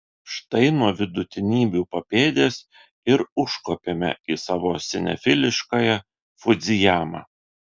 štai nuo vidutinybių papėdės ir užkopėme į savo sinefiliškąją fudzijamą